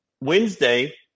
Wednesday